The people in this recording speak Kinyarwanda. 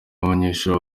abanyeshuli